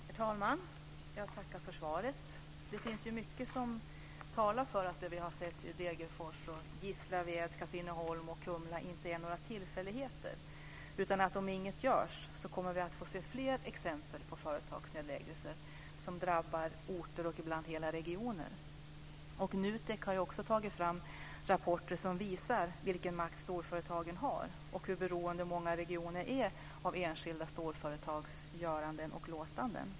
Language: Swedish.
Herr talman! Jag tackar för svaret. Det finns mycket som talar för att det vi har sett i Degerfors, Gislaved, Katrineholm och Kumla inte är några tillfälligheter. Om inget görs kommer vi att se fler exempel på förtagsnedläggelser som drabbar orter och ibland hela regioner. NUTEK har tagit fram rapporter som visar vilken makt storföretagen har och hur beroende många regioner är av enskilda storföretags göranden och låtanden.